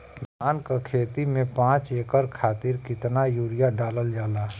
धान क खेती में पांच एकड़ खातिर कितना यूरिया डालल जाला?